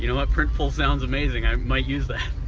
you know what, printful sounds amazing, i might use that.